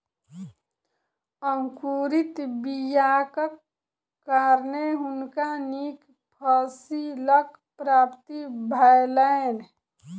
अंकुरित बीयाक कारणें हुनका नीक फसीलक प्राप्ति भेलैन